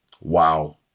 Wow